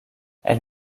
elle